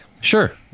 Sure